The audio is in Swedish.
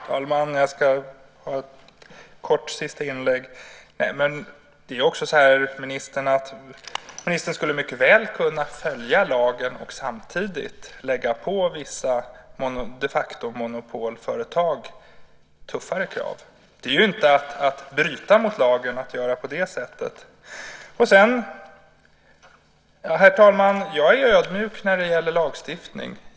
Herr talman! Jag ska vara kortfattad i mitt sista inlägg. Ministern skulle mycket väl kunna följa lagen och samtidigt lägga på vissa de facto-monopolföretag tuffare krav. Det är inte att bryta mot lagen att göra på det sättet. Herr talman! Jag är ödmjuk när det gäller lagstiftning.